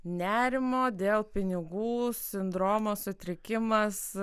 nerimo dėl pinigų sindromo sutrikimas